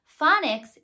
Phonics